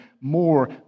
more